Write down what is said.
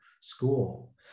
school